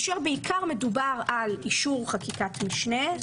בעיקר מדובר באישור חקיקת משנה,